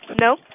No